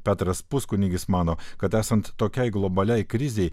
petras puskunigis mano kad esant tokiai globaliai krizei